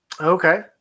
okay